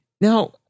Now